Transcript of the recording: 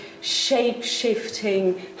shape-shifting